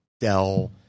Dell